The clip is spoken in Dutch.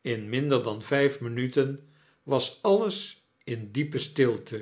in minder dan vijf minuten was alles in diepe stilte